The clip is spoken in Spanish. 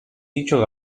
dicho